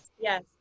yes